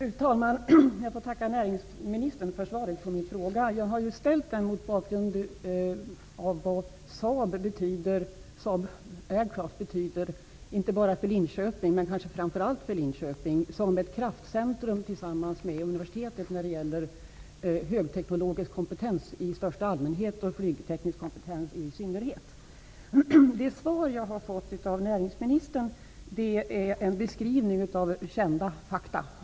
Fru talman! Jag tackar näringsministern för svaret på min fråga, som jag ställt mot bakgrund av vad Saab Aircraft betyder inte bara utan kanske framför allt för Linköping som ett kraftcentrum tillsammans med Universitetet när det gäller högteknologisk kompetens i största allmänhet och flygteknisk kompetens i synnerhet. Hela det svar som jag här har fått av näringsministern är en beskrivning av kända fakta.